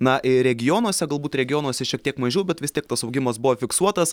na ir regionuose galbūt regionuose šiek tiek mažiau bet vis tiek tas augimas buvo fiksuotas